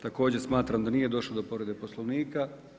Također smatram da nije došlo do povrede Poslovnika.